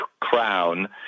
crown